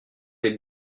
est